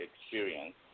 experience